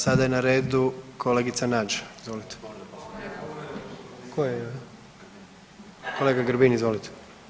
Sada je na redu kolegica Nađ, izvolite. ... [[Upadica se ne čuje.]] Kolega Grbin, izvolite.